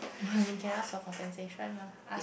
you can ask for compensation ah